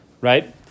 right